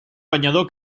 banyador